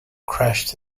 crashed